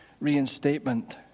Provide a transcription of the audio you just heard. reinstatement